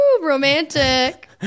romantic